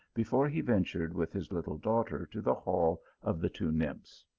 before he ventured with his little daughter to the hall of the two nymphs.